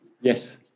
yes